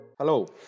Hello